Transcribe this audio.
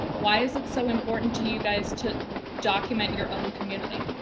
why is it so important to you guys to document your own community?